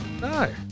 No